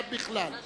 עד בכלל.